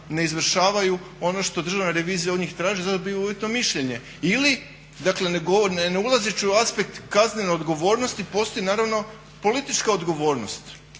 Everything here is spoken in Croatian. ne izvršavaju ono što Državna revizija od njih traži i zato dobivaju uvjetno mišljenje. Ili dakle ne ulazeći u aspekt kaznene odgovornosti, postoji naravno politička odgovornost.